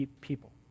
people